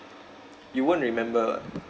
you won't remember [what]